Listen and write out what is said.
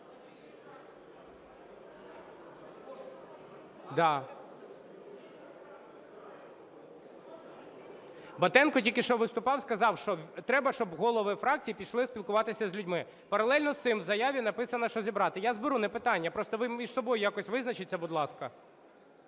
Батенко тільки що виступав і сказав, що треба, щоб голови фракцій пішли спілкуватися з людьми. Паралельно з цим в заяві написано, що зібрати. Я зберу, не питання, просто ви між собою якось визначіться, будь ласка.